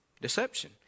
Deception